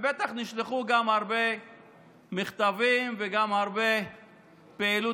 ובטח נשלחו גם הרבה מכתבים וגם הרבה פעילות